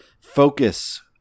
focus